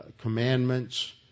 commandments